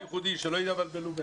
שלא יבלבלו.